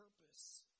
purpose